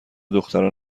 دختران